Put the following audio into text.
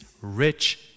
rich